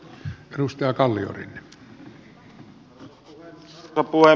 arvoisa puhemies